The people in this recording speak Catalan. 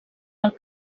del